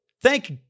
thank